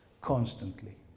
constantly